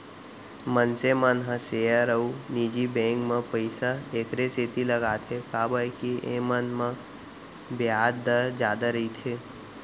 मनसे मन ह सेयर अउ निजी बेंक म पइसा एकरे सेती लगाथें काबर के एमन म बियाज दर जादा रइथे